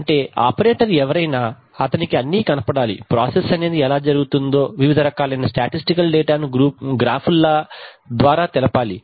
అంటే ఆపరేటర్ ఎవరైనా అతనికి అన్నీ కనబడాలి ప్రాసెస్ అనేది ఎలా జరుగుతుందో వివిద రకాలైన స్టాటిస్తికల్ డేటాను గ్రాఫులా ద్వారా తెలపాలి